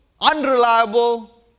unreliable